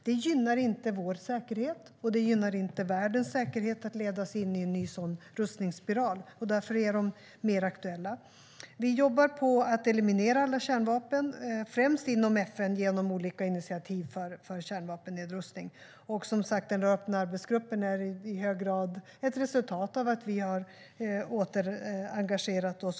Det gynnar inte vår säkerhet, och det gynnar inte världens säkerhet att ledas in i en ny rustningsspiral. Därför är de frågorna mer aktuella. Vi jobbar på att eliminera alla kärnvapen, främst inom FN, genom olika initiativ för kärnvapennedrustning. Den öppna arbetsgruppen är som sagt i hög grad ett resultat av att vi åter har engagerat oss.